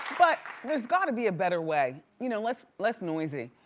but there's gotta be a better way. you know less less noisy.